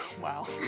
Wow